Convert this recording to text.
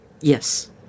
Yes